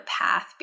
path